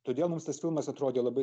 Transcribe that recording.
todėl mums tas filmas atrodė labai